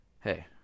hey